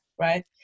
right